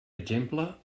exemple